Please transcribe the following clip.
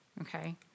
okay